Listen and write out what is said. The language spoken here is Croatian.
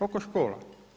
Oko škola.